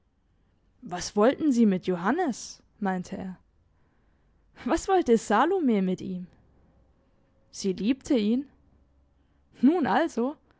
was wollten sie mit johannis meinte er was wollte salome mit ihm sie liebte ihn nun also